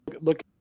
look